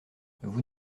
vous